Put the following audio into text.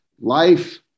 life